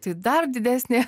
tai dar didesnė